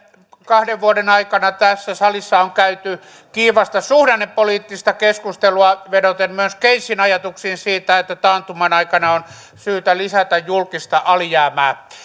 kahden vuoden aikana tässä salissa on käyty kiivasta suhdannepoliittista keskustelua vedoten myös keynesin ajatuksiin siitä että taantuman aikana on syytä lisätä julkista alijäämää